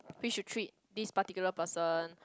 we should treat this particular person